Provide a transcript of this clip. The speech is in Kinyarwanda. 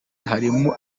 harimo